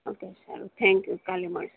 okay સારું thank you કાલે મળીએ